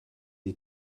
est